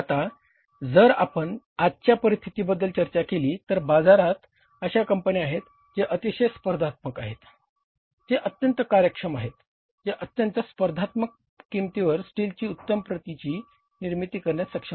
आता जर आपण आजच्या परिस्थितीबद्दल चर्चा केली तर बाजारात अशा कंपन्या आहेत जे अतिशय स्पर्धात्मक आहेत जे अत्यंत कार्यक्षम आहेत जे अत्यंत स्पर्धात्मक किंमतीवर स्टीलची उत्तम प्रतीची निर्मिती करण्यास सक्षम आहेत